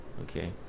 Okay